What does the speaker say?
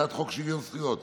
הצעת חוק שוויון זכויות